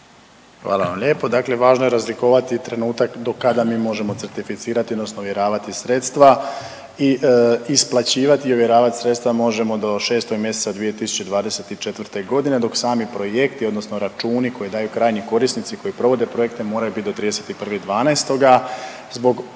Hvala vam lijepo. Dakle važno je razlikovati trenutak do kada mi možemo certificirati odnosno ovjeravati sredstva i isplaćivati i ovjeravati sredstva možemo do 6. mj. 2024. g., dok sami projekti odnosno računi koje daju krajnji korisnici koji provode projekte, moraju biti do 31.12. zbog odgovornog,